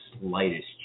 slightest